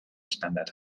standard